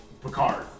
Picard